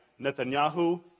Netanyahu